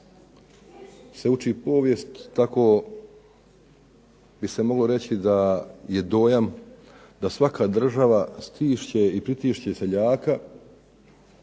se uči povijest tako bi se moglo reći da je dojam da svaka država pritišće i stišće seljaka